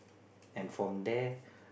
and from there